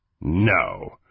No